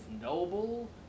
noble